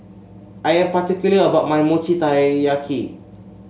I'm particular about my Mochi Taiyaki